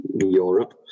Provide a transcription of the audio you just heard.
Europe